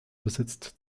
besitzt